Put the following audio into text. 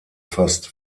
fast